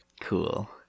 Cool